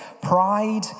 pride